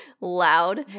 loud